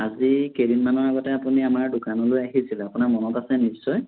আজি কেইদিনমানৰ আগতে আপুনি আমাৰ দোকানলৈ আহিছিলে আপোনাৰ মনত আছে নিশ্চয়